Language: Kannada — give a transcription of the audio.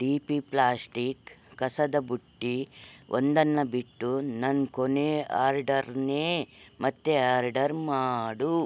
ಡಿ ಪಿ ಪ್ಲಾಸ್ಟಿಕ್ ಕಸದ ಬುಟ್ಟಿ ಒಂದನ್ನು ಬಿಟ್ಟು ನನ್ನ ಕೊನೆಯ ಆರ್ಡರ್ನೇ ಮತ್ತೆ ಆರ್ಡರ್ ಮಾಡು